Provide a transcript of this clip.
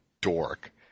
dork